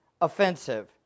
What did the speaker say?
offensive